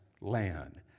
land